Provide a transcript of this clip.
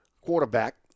quarterback